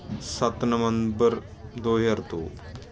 ਸੱਤ ਨਵੰਬਰ ਦੋ ਹਜ਼ਾਰ ਦੋ